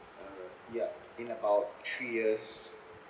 uh yup in about three years